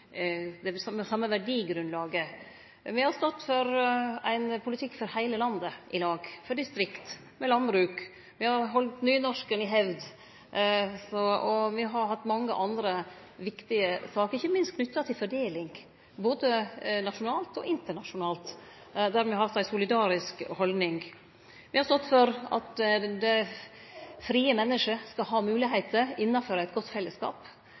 det same verdigrunnlaget. Me har stått for ein politikk for heile landet i lag, for distrikt og landbruk. Me har halde nynorsken i hevd, og me har hatt mange andre viktige saker, ikkje minst knytte til fordeling både nasjonalt og internasjonalt, der me har hatt ei solidarisk haldning. Me har stått for at det frie mennesket skal ha moglegheiter innanfor eit godt fellesskap.